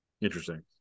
interesting